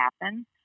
happen